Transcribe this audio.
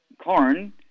corn